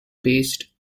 based